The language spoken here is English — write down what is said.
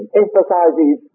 emphasizes